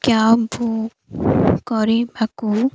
cab book କରିବାକୁ